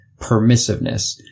permissiveness